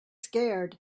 scared